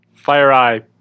FireEye